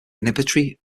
inhibitory